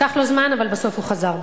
לקח לו זמן, אבל בסוף הוא חזר בו.